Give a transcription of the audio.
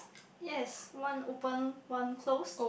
yes one open one close